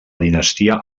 dinastia